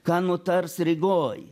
ką nutars rygoj